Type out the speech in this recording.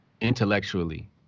Intellectually